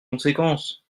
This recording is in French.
conséquences